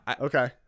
Okay